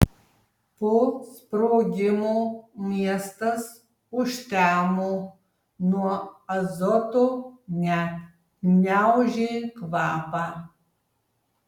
po sprogimo miestas užtemo nuo azoto net gniaužė kvapą